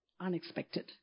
unexpected